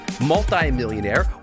multimillionaire